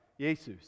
Jesus